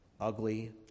ugly